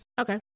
Okay